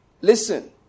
Listen